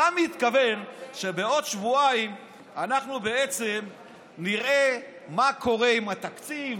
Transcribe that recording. אתה מתכוון שבעוד שבועיים אנחנו בעצם נראה מה קורה עם התקציב,